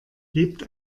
gebt